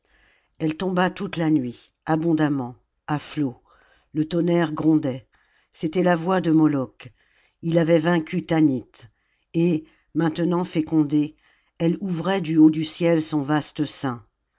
elle tomba toute la nuit abondamment à flots le tonnerre grondait c'était la voix de moloch il avait vaincu tanit et maintenant fécondée elle ouvrait du haut du ciel son vaste sem